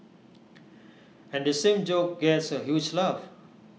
and the same joke gets A huge laugh